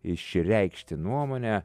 išreikšti nuomonę